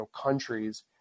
countries